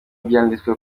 byanditswe